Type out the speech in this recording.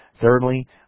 Thirdly